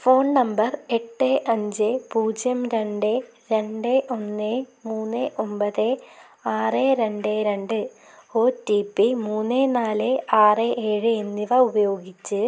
phone number എട്ട് അഞ്ച് പൂജ്യം രണ്ട് രണ്ട് ഒന്ന് മൂന്ന് ഒമ്പത് ആറ് രണ്ട് രണ്ട് ഒ റ്റി പി മൂന്ന് നാല് ആറ് ഏഴ് എന്നിവ ഉപയോഗിച്ച്